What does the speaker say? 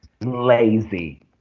lazy